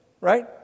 Right